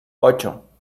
ocho